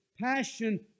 passion